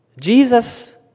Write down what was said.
Jesus